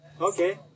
Okay